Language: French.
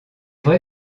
vrai